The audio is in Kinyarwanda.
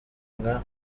nka